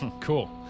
cool